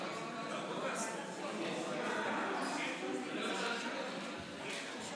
הציבור לא, מהציבור מקבלים אהבה.